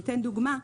לדוגמה,